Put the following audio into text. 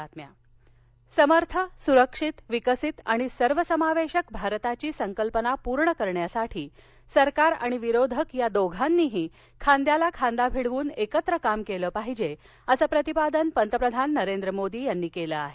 पंतप्रधान समर्थ सुरक्षित विकसित आणि सर्वसमावेशक भारताची संकल्पना पूर्ण करण्यासाठी सरकार आणि विरोधक या दोघांनीही खांद्याला खांदा भिडवून एकत्र काम केलं पाहिजे असं प्रतिपादन पंतप्रधान नरेंद्र मोदी यांनी केलं आहे